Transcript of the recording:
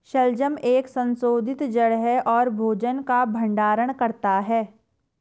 शलजम एक संशोधित जड़ है और भोजन का भंडारण करता है